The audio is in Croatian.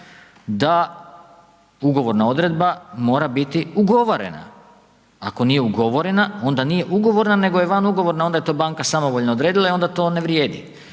da ugovorna odredba mora biti ugovorena, ako nije ugovorena onda nije ugovorna, nego je vanugovorna, onda je to banka samovoljno odredila i onda to ne vrijedi.